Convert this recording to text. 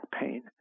pain